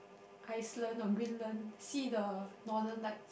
Iceland or Greenland see the Northern-Light